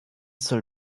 soll